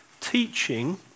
teaching